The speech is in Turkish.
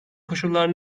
koşullar